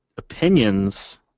opinions